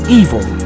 evil